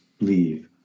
leave